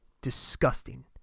disgusting